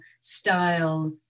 style